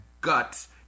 guts